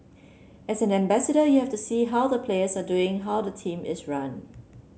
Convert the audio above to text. as an ambassador you have to see how the players are doing how the team is run